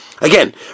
Again